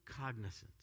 cognizance